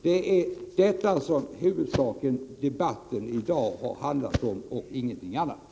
Det är om detta och ingenting annat som debatten i dag har handlat.